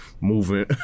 moving